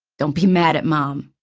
don't be mad at mom,